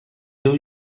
blue